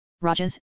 rajas